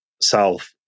south